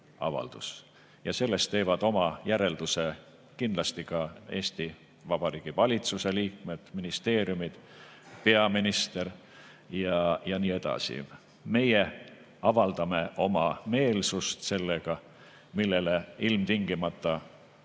ja sellest teevad oma järelduse kindlasti Eesti Vabariigi valitsuse liikmed, ministeeriumid, peaminister ja nii edasi. Meie avaldame sellega oma meelsust, aga sellele ilmtingimata ei